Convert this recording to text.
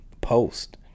post